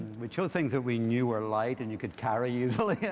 we chose things that we knew were light and you could carry easily. yeah